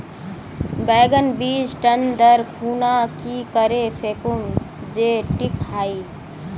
बैगन बीज टन दर खुना की करे फेकुम जे टिक हाई?